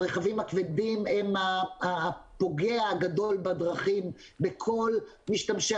הרכבים הכבדים הם הפוגע הגדול בדרכים בכל משתמשי